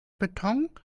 beton